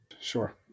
Sure